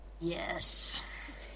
Yes